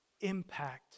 impact